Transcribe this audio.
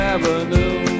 Avenue